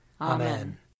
Amen